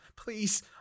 Please